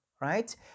right